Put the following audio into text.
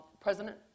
President